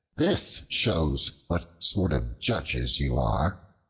this shows what sort of judges you are.